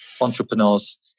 entrepreneurs